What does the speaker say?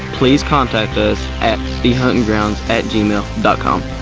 please contact us at thehuntingrounds at gmail dot com